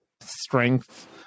strength